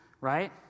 right